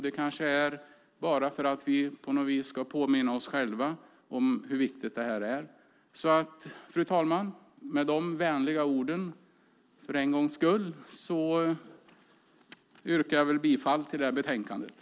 Det kanske är bara för att vi på något vis ska påminna oss själva om hur viktigt det här är. Fru talman! Med dessa vänliga ord - för en gångs skull - yrkar jag bifall till utskottets förslag.